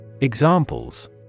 Examples